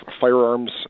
firearms